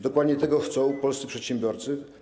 Dokładnie tego chcą polscy przedsiębiorcy.